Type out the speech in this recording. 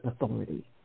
authority